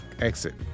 exit